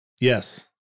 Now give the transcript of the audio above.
Yes